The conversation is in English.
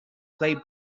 play